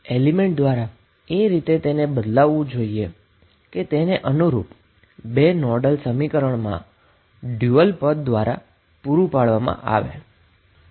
તેથી તે એક એલીમેન્ટ દ્વારા એ રીતે બદલાવવું જોઈએ કે જે બે અનુરૂપ નોડલ સમીકરણમાં ડયુઅલ ટર્મ પુરી પાડે છે